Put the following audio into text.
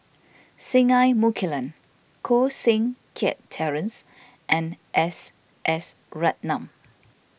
Singai Mukilan Koh Seng Kiat Terence and S S Ratnam